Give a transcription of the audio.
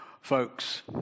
Folks